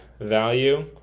value